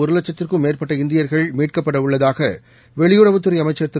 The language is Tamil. ஒரு லட்சத்திற்கும் மேற்பட்ட இந்தியர்கள் மீட்கப்பட உள்ளதாக வெளியுறவுத்துறை அமைச்சர் திரு